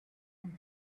and